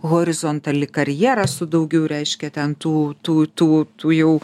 horizontali karjera su daugiau reiškia ten tų tų tų tų jau